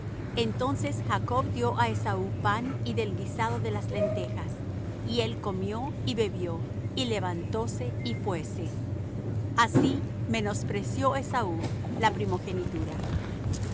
entonces jacob dió á esaú pan y del guisado de las lentejas y él comió y bebió y levantóse y fuése así menospreció esaú la primogenitura